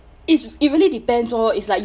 it's it really depends hor it's like you